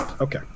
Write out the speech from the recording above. Okay